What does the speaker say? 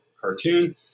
cartoon